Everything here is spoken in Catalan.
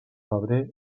febrer